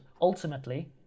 Ultimately